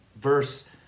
verse